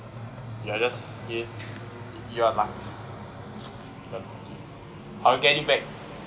ya just eat you're luck I'll get it back